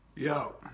Yo